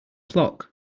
clock